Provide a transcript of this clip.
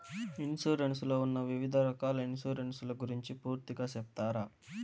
Insurance లో ఉన్న వివిధ రకాల ఇన్సూరెన్సు ల గురించి పూర్తిగా సెప్తారా?